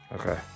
Okay